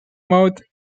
mode